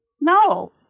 no